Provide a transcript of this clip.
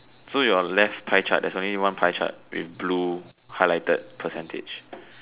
so your left pie chart there's only one pie chart with blue highlighted percentage